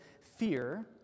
fear